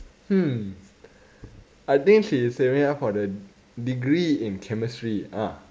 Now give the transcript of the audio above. hmm I think she is saving up for the degree in chemistry ah